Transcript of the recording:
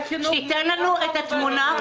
שייתן לנו את התמונה המלאה.